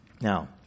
Now